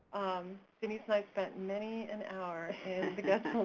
denise and i spent many an hour in the getchell